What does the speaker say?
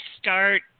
start